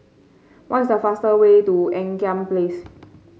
what is the fastest way to Ean Kiam Place